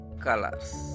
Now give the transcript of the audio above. colors